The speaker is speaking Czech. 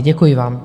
Děkuji vám.